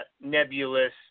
nebulous